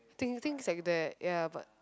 thing~ things like that ya but